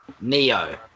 Neo